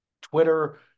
Twitter